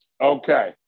Okay